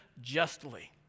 justly